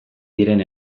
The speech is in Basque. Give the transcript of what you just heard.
diren